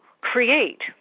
create